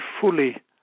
fully